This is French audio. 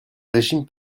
régime